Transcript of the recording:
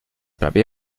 prawie